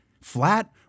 Flat